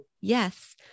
Yes